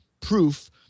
proof